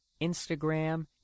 Instagram